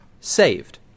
saved